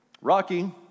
Rocky